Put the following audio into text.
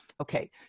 Okay